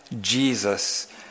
Jesus